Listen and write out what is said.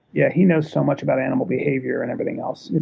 yeah, he knows so much about animal behavior and everything else.